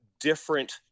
different